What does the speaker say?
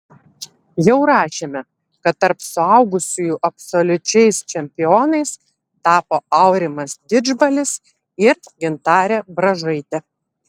jau rašėme kad tarp suaugusiųjų absoliučiais čempionais tapo aurimas didžbalis ir gintarė bražaitė